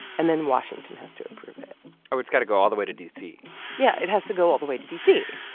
and then washington has to approve it oh, it's got to go all the way to d c yeah, it has to go all the way to d c,